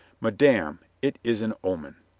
mad ame, it is an omen.